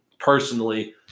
Personally